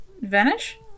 Vanish